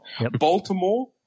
Baltimore